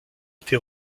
été